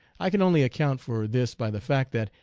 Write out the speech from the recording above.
i can only account for this by the fact that,